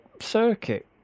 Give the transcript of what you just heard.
circuit